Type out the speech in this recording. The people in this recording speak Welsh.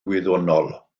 gwyddonol